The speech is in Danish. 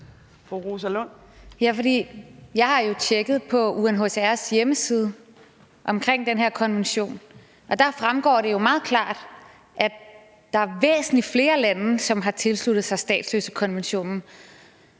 den her konvention på UNHCR's hjemmeside, og der fremgår det jo meget klart, at der er væsentlig flere lande, som har tilsluttet sig statsløsekonventionen.